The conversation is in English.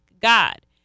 God